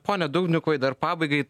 pone dubnikovai dar pabaigai